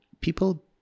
people